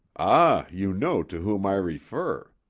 ah, you know to whom i refer.